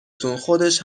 تون، خودش